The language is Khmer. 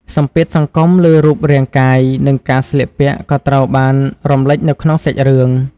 សម្ពាធសង្គម លើរូបរាងកាយ និងការស្លៀកពាក់ក៏ត្រូវបានរំលេចនៅក្នុងសាច់រឿង។